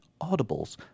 Audibles